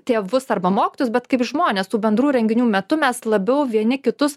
tėvus arba mokytojus bet kaip žmones tų bendrų renginių metu mes labiau vieni kitus